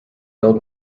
old